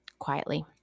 quietly